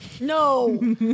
no